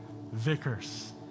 Vickers